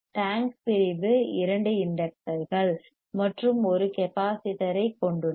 tank பிரிவு இரண்டு இண்டக்டர்கள் மற்றும் ஒரு கெப்பாசிட்டர் ஐக் கொண்டுள்ளது